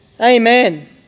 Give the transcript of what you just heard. Amen